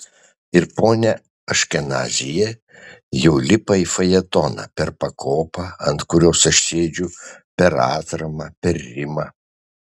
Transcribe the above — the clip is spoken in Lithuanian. ir ponia aškenazyje jau lipa į fajetoną per pakopą ant kurios aš sėdžiu per atramą per rimą